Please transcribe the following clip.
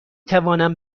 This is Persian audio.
توانم